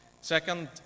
Second